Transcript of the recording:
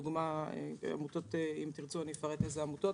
אם תרצו אפרט אילו עמותות.